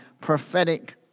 prophetic